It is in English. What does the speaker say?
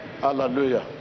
Hallelujah